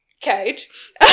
Cage